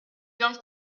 bien